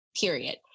period